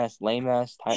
lame-ass